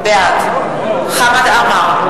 בעד חמד עמאר,